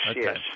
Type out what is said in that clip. yes